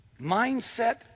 mindset